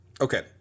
Okay